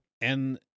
And-